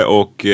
och